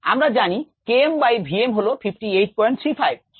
আমরা জানি K m by v m হল 5835